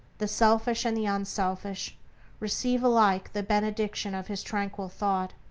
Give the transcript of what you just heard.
the selfish and the unselfish receive alike the benediction of his tranquil thought.